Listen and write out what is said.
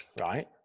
right